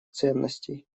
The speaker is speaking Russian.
ценностей